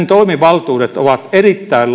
toimivaltuudet ovat erittäin